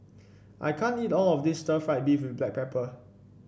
I can't eat all of this Stir Fried Beef with Black Pepper